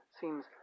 seems